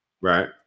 Right